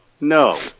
No